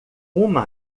uma